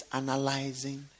analyzing